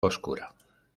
oscura